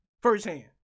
firsthand